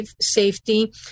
safety